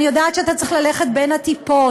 אני יודעת שאתה צריך ללכת בין הטיפות,